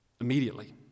Immediately